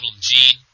Gene